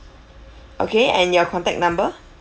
okay and your contact number